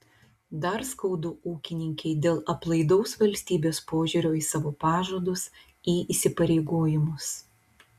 dar skaudu ūkininkei dėl aplaidaus valstybės požiūrio į savo pažadus į įsipareigojimus